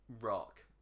rock